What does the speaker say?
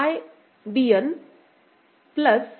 Bn I